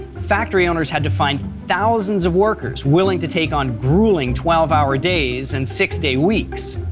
factory owners had to find thousands of workers willing to take on grueling twelve hour days and six day weeks.